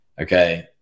Okay